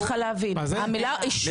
אני לא מצליחה להבין את המילה אושרו.